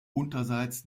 unterseits